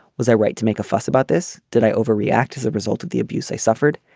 was i right to make a fuss about this. did i overreact as a result of the abuse i suffered.